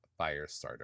Firestarter